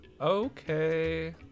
okay